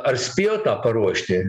ar spėjo tą paruošti